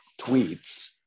tweets